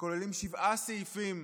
שכוללים שבעה סעיפים